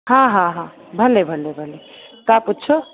हा हा हा भले भले भले तव्हां पुछो